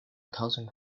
thousand